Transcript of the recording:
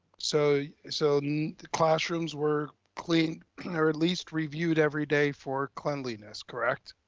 so so the the classrooms were clean clean or at least reviewed every day for cleanliness, correct?